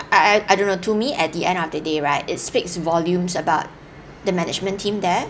I I don't know to me at the end of the day right it speaks volumes about the management team there